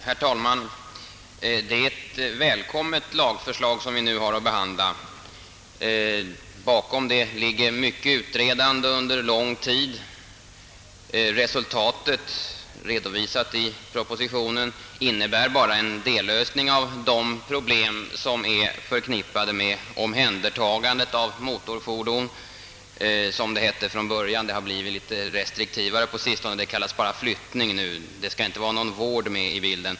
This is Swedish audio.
Herr talman! Det är ett välkommet lagförslag som vi nu har att behandla. Bakom förslaget ligger ett mycket omfattande utredningsarbete, som pågått under lång tid. Resultatet, redovisat i propositionen, innebär endast en dellösning av de problem som är förknippade med omhändertagandet av motorfordon, som det hette från början. Det har blivit något mera restriktivt på sistone och kallas numera flyttning — det skall inte vara någon vård med i bilden.